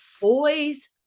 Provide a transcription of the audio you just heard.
boys